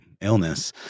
illness